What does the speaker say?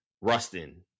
Rustin